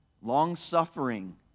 long-suffering